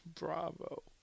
bravo